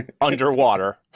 underwater